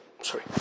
Sorry